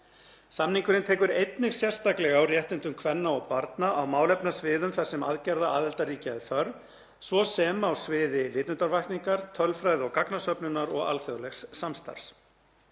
Samningurinn tekur einnig sérstaklega á réttindum kvenna og barna og málefnasviðum þar sem aðgerða aðildarríkja er þörf, svo sem á sviði vitundarvakningar, tölfræði- og gagnasöfnunar og alþjóðlegs samstarfs.